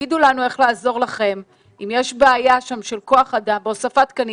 תגידו לנו איך לעזור לכם אם יש שם בעיה של כוח אדם והוספת תקנים.